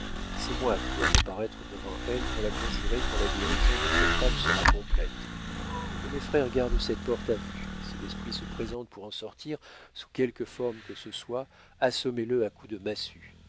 c'est moi qui dois reparaître devant elle pour la conjurer quand la guérison de cette femme sera complète que mes frères gardent cette porte à vue et si l'esprit se présente pour en sortir sous quelque forme que ce soit assommez le à coups de massue